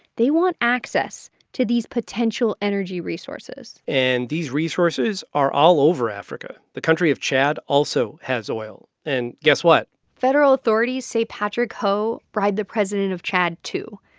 they want access to these potential energy resources and these resources are all over africa. the country of chad also has oil. and guess what federal authorities say patrick ho bribed the president of chad, too.